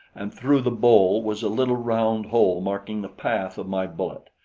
and through the bole was a little round hole marking the path of my bullet.